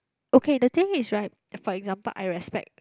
okay the thing is right for example I respect